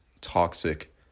toxic